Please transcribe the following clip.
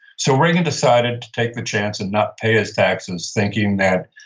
so, reagan decided to take the chance and not pay his taxes, thinking that,